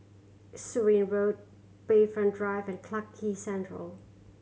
Surin Road Bayfront Drive and Clarke Quay Central